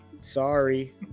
sorry